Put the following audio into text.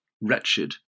wretched